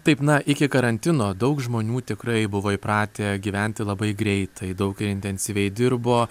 taip na iki karantino daug žmonių tikrai buvo įpratę gyventi labai greitai daug ir intensyviai dirbo